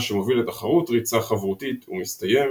מה שמוביל לתחרות ריצה חברותית ומסתיים